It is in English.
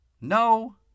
No